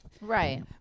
Right